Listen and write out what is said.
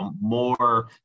more